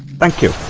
thank you